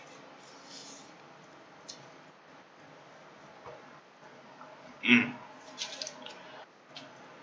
mm